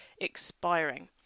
expiring